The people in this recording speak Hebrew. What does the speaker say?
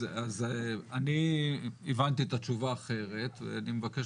אז אני הבנתי את התשובה אחרת ואני מבקש